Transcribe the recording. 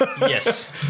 Yes